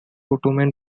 ottoman